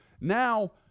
Now